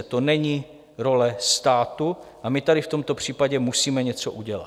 To není role státu a my tady v tomto případě musíme něco udělat.